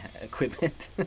equipment